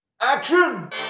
Action